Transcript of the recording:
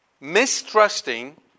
Mistrusting